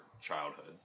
childhood